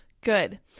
Good